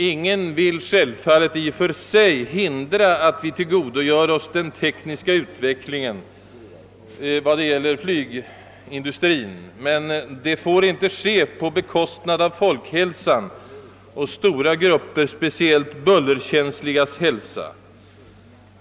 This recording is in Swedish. Ingen vill självfallet i och för sig hindra att vi tillgodogör oss den tekniska utvecklingen inom flygindustrin, men det får inte ske på bekostnad av folkhälsan, framförallt inte på bekostnad av stora grupper speciellt bullerkänsliga människors hälsa.